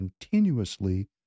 continuously